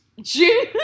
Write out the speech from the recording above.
June